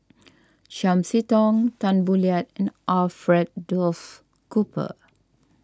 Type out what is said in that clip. Chiam See Tong Tan Boo Liat and Alfred Duff Cooper